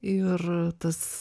ir tas